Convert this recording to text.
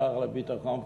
השר לביטחון פנים,